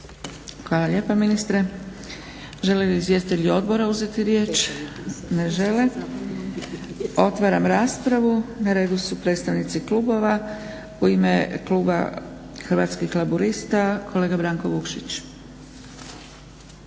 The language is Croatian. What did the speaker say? Hvala lijepa ministre. Žele li izvjestitelji odbora uzeti riječ? Ne žele. Otvaram raspravu. Na redu su predstavnici klubova. U ime kluba Hrvatskih laburista kolega Branko Vukšić.